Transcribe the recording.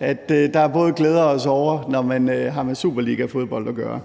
altså at der både er glæder og sorger, når man har med superligafodbold at gøre.